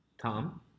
Tom